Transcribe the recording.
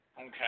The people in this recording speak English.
Okay